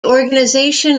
organization